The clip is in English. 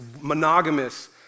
monogamous